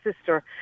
sister